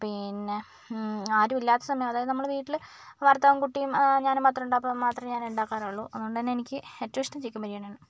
പിന്നെ ആരും ഇല്ലാത്ത സമയം അതായത് നമ്മള് വീട്ടില് ഭർത്താവും കുട്ടിയും ഞാനും മാത്രം ഉണ്ടാവും അപ്പം മാത്രേ ഞാൻ ഉണ്ടാക്കാറുള്ളു അത്കൊണ്ട് തന്നെ എനിക്ക് ഏറ്റവും ഇഷ്ടം ചിക്കൻ ബിരിയാണിയാണ്